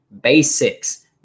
Basics